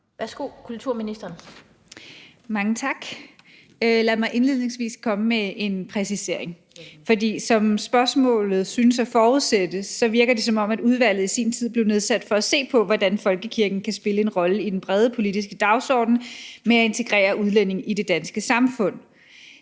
(Joy Mogensen): Mange tak. Lad mig indledningsvis komme med en præcisering. For som spørgsmålet synes at forudsætte, virker det, som om udvalget i sin tid blev nedsat for at se på, hvordan folkekirken kan spille en rolle i den brede politiske dagsorden med at integrere udlændinge i det danske samfund.